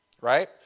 right